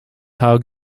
how